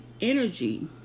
energy